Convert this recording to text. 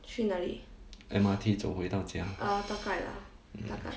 M_R_T 走回到家